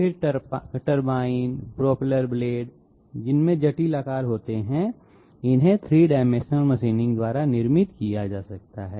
फिर turbine propeller blade जिनमें जटिल आकार होते हैं इन्हें 3 डाइमेंशनल मशीनिंग द्वारा निर्मित किया जा सकता है